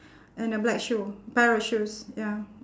and a black shoe pair of shoes ya